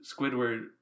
squidward